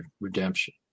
redemption